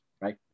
right